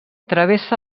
travessa